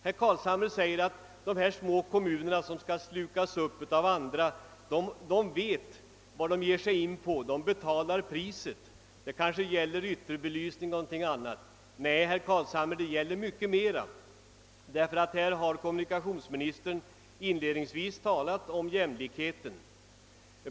Herr Carlshamre säger att de små kommuner som nu skall uppslukas av andra vet vad de ger sig in på och be talar priset. Det kanske gäller ytterbelysning eller något annat. Nej, herr Carlshamre, det gäller mycket mer. Kommunikationsministern har inledningsvis talat om jämlikheten.